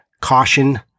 caution